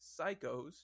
psychos